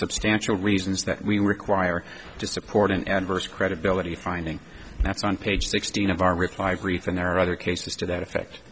substantial reasons that we require to support an adverse credibility finding that's on page sixteen of our reply brief and there are other cases to that effect